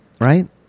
right